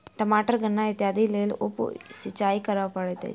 टमाटर गन्ना इत्यादिक लेल उप सिचाई करअ पड़ैत अछि